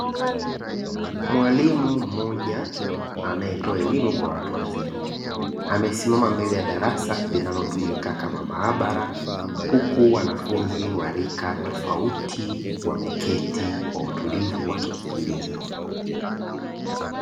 Mwalimu mmoja anayetoa elimu kwa watu wazima, amesimama mbele ya darasa linalotumika kama maabara. Huku wanafunzi wa rika tofauti wameketi kwa utulivu wakisikiliza.